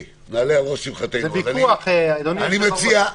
אני מציע,